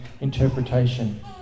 interpretation